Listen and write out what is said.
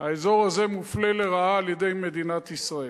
האזור הזה מופלה לרעה על-ידי מדינת ישראל.